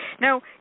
Now